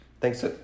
Thanks